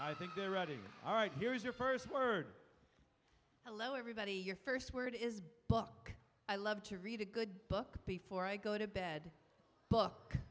i think they're ready all right here's your first word hello everybody your first word is book i love to read a good book before i go to bed look